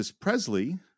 Presley